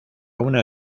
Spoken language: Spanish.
una